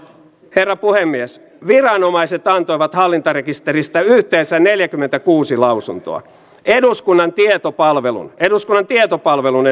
herra puhemies viranomaiset antoivat hallintarekisteristä yhteensä neljäkymmentäkuusi lausuntoa eduskunnan tietopalvelun eduskunnan tietopalvelun